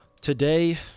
Today